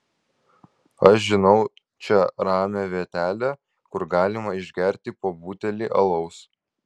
aš žinau čia ramią vietelę kur galima išgerti po butelį alaus